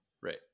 Right